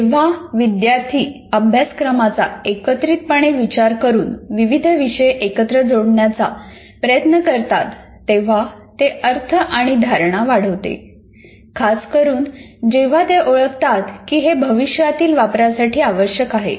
जेव्हा विद्यार्थी अभ्यासक्रमाचा एकत्रितपणे विचार करून विविध विषय एकत्र जोडण्याचा प्रयत्न करतात तेव्हा ते अर्थ आणि धारणा वाढवते खासकरून जेव्हा ते ओळखतात की हे भविष्यातील वापरासाठी आवश्यक आहे